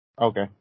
Okay